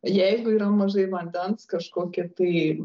jeigu yra mažai vandens kažkokie tai